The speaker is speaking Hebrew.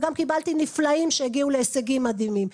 וגם קיבלתי נפלאים שהגיעו להישגים מדהימים.